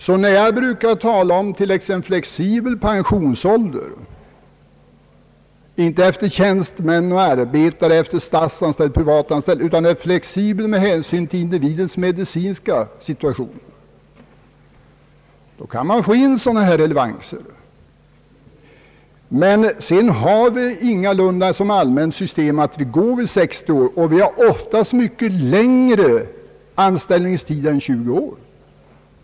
När jag därför brukar tala om flexibel pensionsålder, menar jag inte flexibel efter tjänst eller efter statsanställning eller privatanställning, utan jag menar flexibel med hänsyn till individens medicinska situation, och då kan man få in en sådan här relevans. Men sedan har vi ingalunda såsom allmänt system att gå vid 60 år. Vi har ofta mycket längre anställningstid än 20 år.